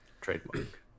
trademark